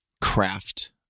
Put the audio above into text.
craft